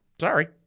Sorry